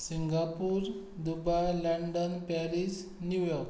Singapore Dubai London Paris New York